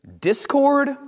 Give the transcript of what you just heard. Discord